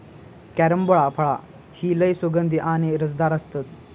carambola फळा ही लय सुगंधी आणि रसदार असतत